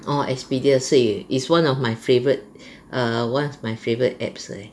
orh Expedia is one of my favourite err one of my favourite apps leh